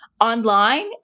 online